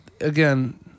again